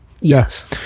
yes